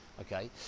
okay